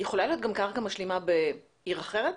יכולה להיות גם קרקע משלימה בעיר אחרת?